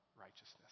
righteousness